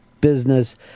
business